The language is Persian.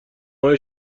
های